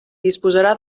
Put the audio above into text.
disposarà